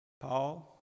Paul